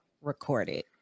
recorded